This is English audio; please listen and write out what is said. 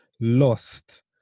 lost